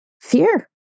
fear